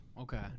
Okay